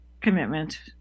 commitment